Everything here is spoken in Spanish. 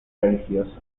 religiosa